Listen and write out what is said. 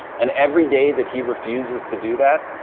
and every day that he refuses to do that,